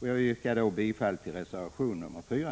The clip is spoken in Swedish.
Jag yrkar därmed bifall till reservation 4.